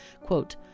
quote